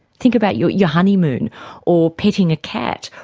think about your your honeymoon or petting a cat,